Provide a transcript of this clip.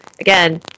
again